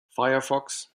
firefox